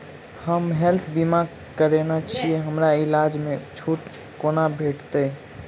हम हेल्थ बीमा करौने छीयै हमरा इलाज मे छुट कोना भेटतैक?